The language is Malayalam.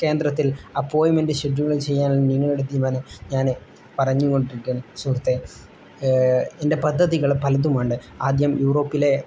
കേന്ദ്രത്തിൽ അപ്പോയിമെൻറ്റ്റ് ഷെഡ്യൂൾ ചെയ്യാനുള്ള നിങ്ങളുടെ തീരുമാനം ഞാൻ പറഞ്ഞുകൊണ്ടിരിക്കുകയാണ് സുഹൃത്തെ എൻ്റെ പദ്ധതികൾ പലതും ഉണ്ട് ആദ്യം യൂറോപ്പിലെ